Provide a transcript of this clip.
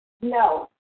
no